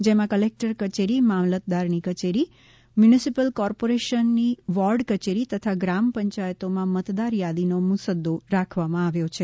જેમાં ક્લેક્ટર કચેરી મામલતદારની કચેરી મ્યુનિસિપલ કોર્પોરેશનની વોર્ડ કચેરી તથા ગ્રામ પંચાયતોમાં મતદાર યાદીનો મુસદ્દો રાખવામાં આવ્યો છે